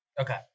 Okay